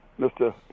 Mr